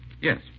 Yes